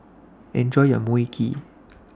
Enjoy your Mui Kee